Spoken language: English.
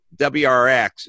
WRX